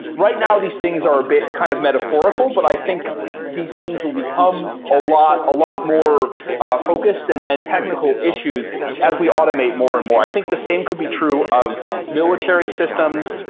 right now these things are a bit kind of metaphorical, but i think these things will become a lot ah lot more ah focused and and technical technical issues as we automate more and more. i think the same could be true of military systems,